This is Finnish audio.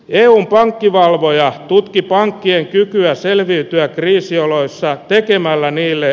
eun pankkivalvojat tutki pankkien kykyä selviytyä kriisioloissa tinkimällä niille